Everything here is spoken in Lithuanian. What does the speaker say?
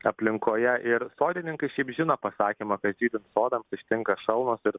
aplinkoje ir sodininkai šiaip žino pasakymą kad žydint sodams ištinka šalnos ir